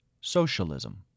socialism